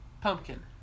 pumpkin